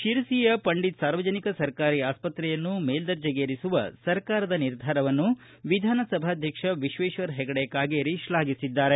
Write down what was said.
ತಿರಸಿಯ ಪಂಡಿತ ಸಾರ್ವಜನಿಕ ಸರ್ಕಾರಿ ಆಸ್ವತ್ರೆಯನ್ನು ಮೇಲ್ದರ್ಜೆಗೇರಿಸುವ ಸರ್ಕಾರದ ನಿರ್ಧಾರವನ್ನು ವಿಧಾನಸಭಾಧ್ಯಕ್ಷ ವಿಶ್ವೇಶ್ವರ ಹೆಗಡೆ ಕಾಗೇರಿ ಶ್ಲಾಘಿಸಿದ್ದಾರೆ